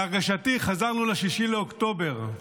להרגשתי, חזרנו ל-6 באוקטובר,